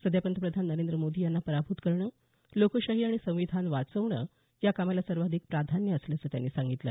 सध्या पंतप्रधान नरेंद्र मोदी यांना पराभूत करणं लोकशाही आणि संविधान वाचवणं या कामाला सर्वाधिक प्राधान्य असल्याचं त्यांनी सांगितलं